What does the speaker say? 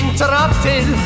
Interrupted